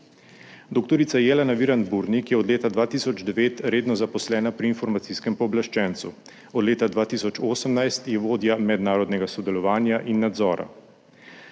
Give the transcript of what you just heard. Dr. Jelena Virant Burnik je od leta 2009 redno zaposlena pri Informacijskem pooblaščencu, od leta 2018 je vodja mednarodnega sodelovanja in nadzora.